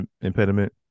impediment